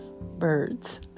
birds